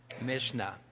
Mishnah